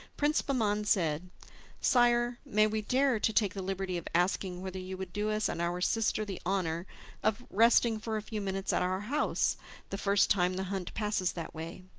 prince bahman said sire, may we dare to take the liberty of asking whether you would do us and our sister the honour of resting for a few minutes at our house the first time the hunt passes that way?